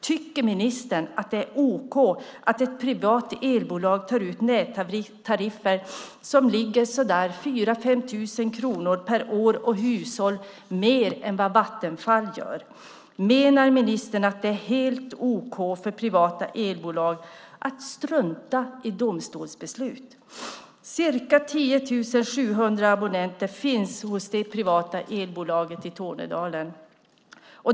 Tycker ministern att det är okej att ett privat elbolag tar ut nättariffer som ligger ungefär 4 000-5 000 kronor högre per år och hushåll än vad Vattenfall gör? Menar ministern att det är helt okej för privata elbolag att strunta i domstolsbeslut? Ca 10 700 abonnenter finns hos det privata elbolaget i Tornedalen.